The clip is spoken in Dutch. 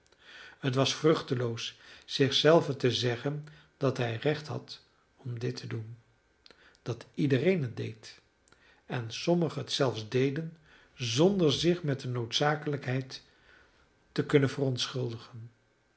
het was vruchteloos zich zelven te zeggen dat hij recht had om dit te doen dat iedereen het deed en sommigen het zelfs deden zonder zich met de noodzakelijkheid te kunnen verontschuldigen